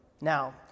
Now